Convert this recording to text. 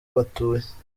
batuye